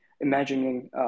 imagining